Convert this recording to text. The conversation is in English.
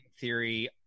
theory